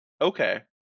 Okay